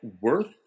worth